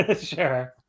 Sure